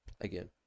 again